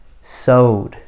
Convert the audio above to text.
Sowed